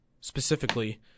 specifically